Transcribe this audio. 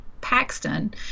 Paxton